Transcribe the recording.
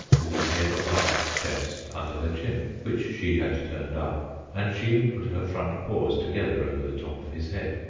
with his head on the cat's chest, under her chin, which she had turned up and she had put her front paws together over the top of his head.